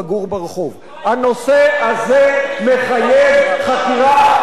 הנושא הזה מחייב חקירה פרלמנטרית.